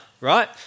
right